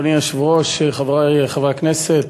אדוני היושב-ראש, חברי חברי הכנסת,